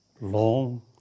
long